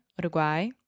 Uruguay